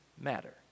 matter